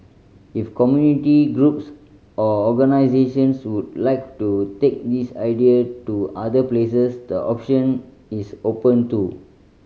if community groups or organisations would like to take this idea to other places the option is open too